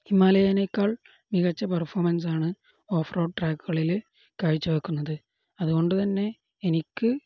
ഹിമാലയനേക്കാൾ മികച്ച പെർഫോമൻസാണ് off road ട്രാാക്കുകളില് കാഴ്ചവയ്ക്കുന്നത് അതുകൊണ്ടുതന്നെ എനിക്ക്